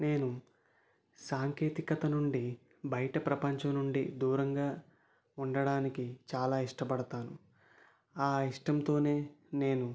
నేను సాంకేతికత నుండి బయట ప్రపంచం నుండి దూరంగా ఉండడానికి చాలా ఇష్టపడతాను ఆ ఇష్టంతోనే నేను